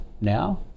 now